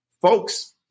folks